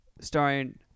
starring